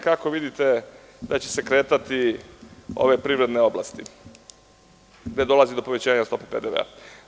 Kako vidite da će se kretati ove privredne oblasti gde dolazi do povećanja stope PDV-a?